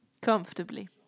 Comfortably